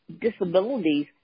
disabilities